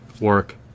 work